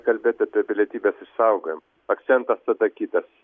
kalbėt apie pilietybės išsaugojimą akcentas tada kitas